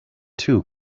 too